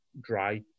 dry